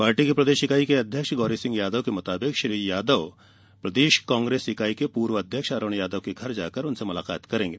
party की प्रदेश इकाई के अध्यक्ष गौरी सिंह यादव के मुताबिक श्री यादव प्रदेश कांग्रेस इकाई के पूर्व अध्यक्ष अरुण यादव के घर जाकर उनसे मुलाकात करेंगे